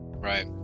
right